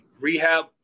rehab